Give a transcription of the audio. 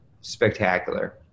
spectacular